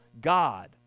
God